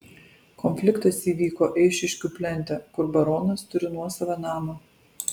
konfliktas įvyko eišiškių plente kur baronas turi nuosavą namą